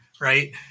right